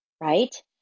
right